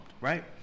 right